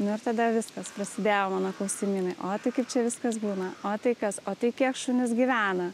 ir tada viskas prasidėjo mano klausimynai o tai kaip čia viskas būna o tai kas o tai kiek šunys gyvena